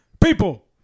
People